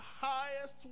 highest